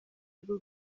rw’u